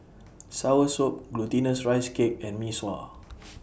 Soursop Glutinous Rice Cake and Mee Sua